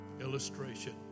illustration